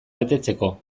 betetzeko